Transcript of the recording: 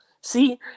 See